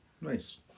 nice